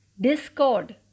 discord